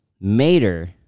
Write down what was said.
Mater